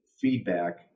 feedback